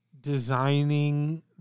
designing